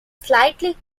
slightly